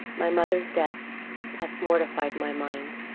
my mother's death hath mortified my mind,